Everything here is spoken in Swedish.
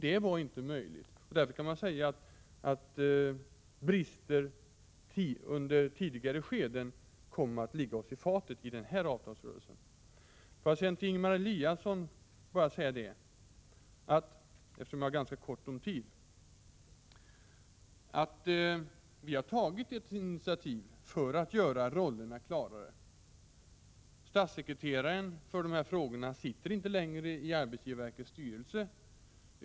Det var inte möjligt, och därför kan man säga att brister under tidigare skeden kom att ligga oss i fatet under denna avtalsrörelse. Eftersom jag har ont om tid, vill jag till Ingemar Eliasson bara säga att vi har tagit initiativ för att göra rollerna klarare. Statssekreteraren för dessa frågor sitter inte längre i arbetsgivarverkets styrelse.